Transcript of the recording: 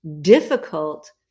difficult